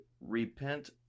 repent